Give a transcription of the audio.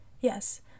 Yes